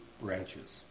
branches